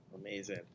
Amazing